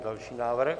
Další návrh.